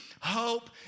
hope